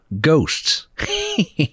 ghosts